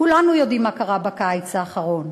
כולנו יודעים מה קרה בקיץ האחרון.